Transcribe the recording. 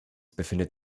befindet